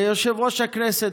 יושב-ראש הכנסת,